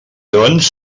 doncs